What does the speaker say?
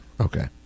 Okay